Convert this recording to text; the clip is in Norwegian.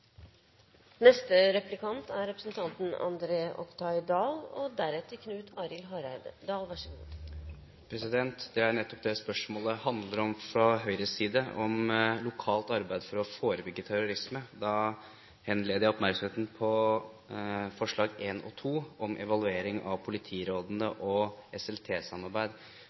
Det er nettopp det spørsmålet handler om fra Høyres side, om lokalt arbeid for å forebygge terrorisme. Da henleder jeg oppmerksomheten på komiteens forslag til vedtak I og II om evaluering av politirådene og